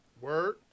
Word